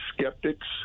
skeptics